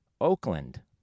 Oakland